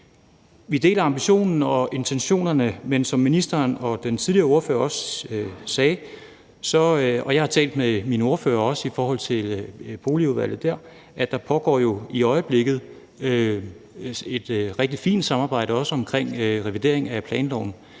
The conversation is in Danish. Vi deler ambitionen og intentionerne, men som ministeren og den tidligere ordfører også sagde, og jeg har også talt med min ordfører i forhold til Boligudvalget, så pågår der jo i øjeblikket også et rigtig fint samarbejde omkring en revidering af planloven,